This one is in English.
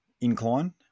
incline